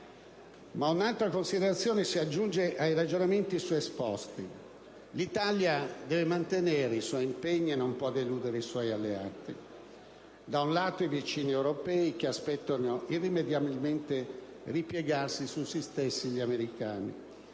Ma un'altra considerazione si aggiunge ai ragionamenti suesposti. L'Italia deve mantenere i suoi impegni e non può deludere i suoi alleati: da un lato, i vicini europei, che aspettano l'irrimediabile ripiegarsi su se stessi degli americani;